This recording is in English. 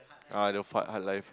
ah the fast hard life